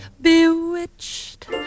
Bewitched